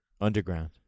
Underground